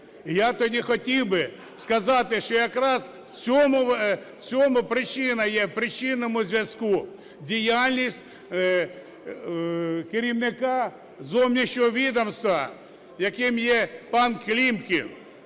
Я тоді хотів сказати, що якраз у цьому причина є у причинному зв'язку: діяльність керівника зовнішнього відомства, яким є пан Клімкін.